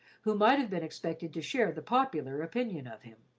who might have been expected to share the popular opinion of him.